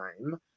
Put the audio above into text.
time